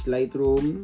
Lightroom